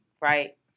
right